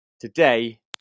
Today